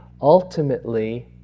Ultimately